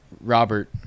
Robert